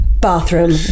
bathroom